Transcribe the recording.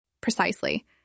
Precisely